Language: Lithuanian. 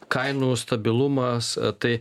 kainų stabilumas tai